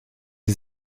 sie